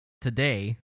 today